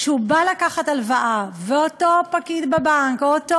כשהוא בא לקחת הלוואה ואותו פקיד בבנק או אותו